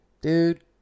Dude